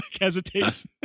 hesitates